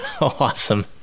Awesome